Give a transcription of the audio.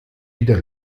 wieder